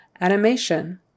Animation